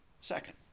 second